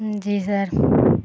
جی سر